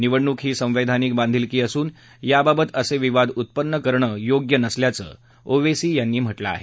निवडणूक ही संवैधानिक बांधिलकी असून याबाबत असे विवाद उत्पन्न करणं योग्य नसल्याचं ओवैसी यांनी म्हटलं आहे